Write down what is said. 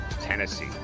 Tennessee